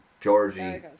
Georgie